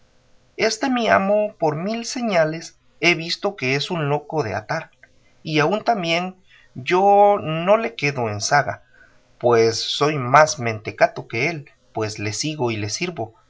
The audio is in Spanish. este mi amo por mil señales he visto que es un loco de atar y aun también yo no le quedo en zaga pues soy más mentecato que él pues le sigo y le sirvo